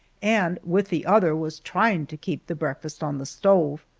and with the other was trying to keep the breakfast on the stove.